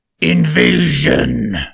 INVASION